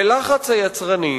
בלחץ היצרנים,